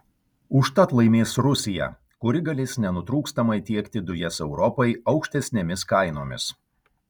užtat laimės rusija kuri galės nenutrūkstamai tiekti dujas europai aukštesnėmis kainomis